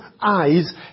eyes